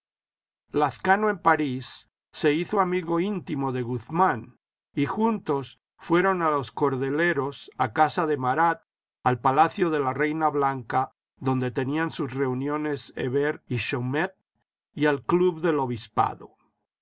lazcano en parís se hizo amigo íntimo de guzman y juntos fueron a los cordeleros a casa de marat al palacio de la reina blanca donde tenían sus reuniones hebert y chaumette y al club del obispado